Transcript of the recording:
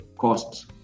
costs